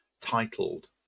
titled